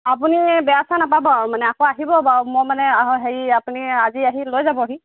আপুনি বেয়া চেয়া নাপাব আৰু মানে আকৌ আহিব বাৰু মই মানে হেৰি আপুনি আজি আহি লৈ যাবহি